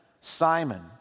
Simon